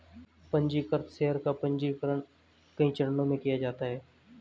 पन्जीकृत शेयर का पन्जीकरण कई चरणों में किया जाता है